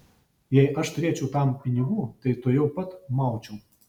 jei aš turėčiau tam pinigų tai tuojau pat maučiau